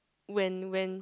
when when